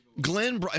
Glenn